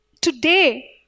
Today